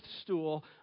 stool